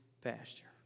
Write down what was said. pasture